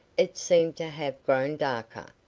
it seemed to have grown darker,